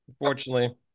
Unfortunately